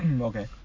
Okay